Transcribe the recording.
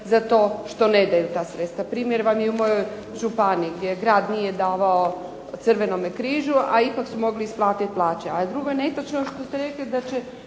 za to što ne daju ta sredstva. Primjer vam je u mojoj županiji gdje grad nije davao Crvenom križu, a ipak su mogli isplatiti plaće. A drugo je netočno što ste rekli da će